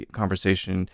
conversation